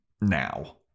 Now